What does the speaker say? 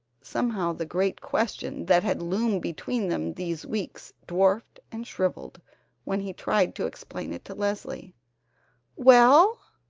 somehow the great question that had loomed between them these weeks dwarfed and shrivelled when he tried to explain it to leslie well?